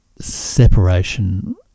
separation